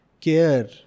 care